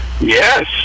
Yes